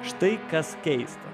štai kas keista